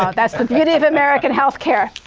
um that's the beauty of american health care.